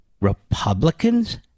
Republicans